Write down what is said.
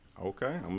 Okay